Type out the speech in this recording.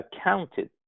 accounted